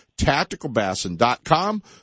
tacticalbassin.com